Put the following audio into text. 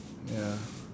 ya